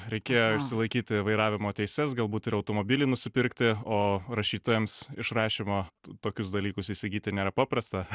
reikėjo išsilaikyti vairavimo teises galbūt ir automobilį nusipirkti o rašytojams iš rašymo tokius dalykus įsigyti nėra paprasta